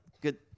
Good